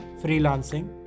freelancing